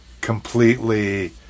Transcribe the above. completely